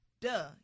duh